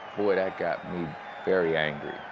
boy, that got me very angry.